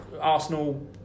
Arsenal